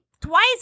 twice